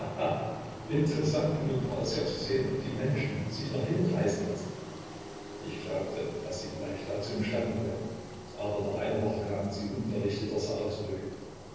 interessant genug war es ja zu sehen ob die menschen sich noch hinreißen lassen ich glaubte daß sie vielleicht dazu im stande wären aber nach einer woche kamen sie unverrichteter sache zurück